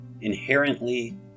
inherently